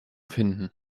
finden